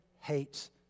hates